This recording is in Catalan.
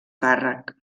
càrrec